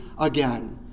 again